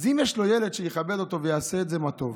אם יש לו ילד שיכבד אותו ויעשה את זה, מה טוב,